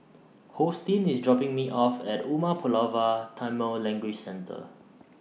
Hosteen IS dropping Me off At Umar Pulavar Tamil Language Centre